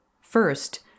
First